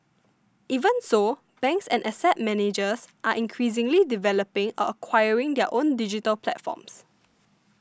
even so banks and asset managers are increasingly developing or acquiring their own digital platforms